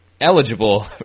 eligible